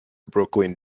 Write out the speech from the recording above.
brooklyn